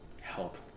help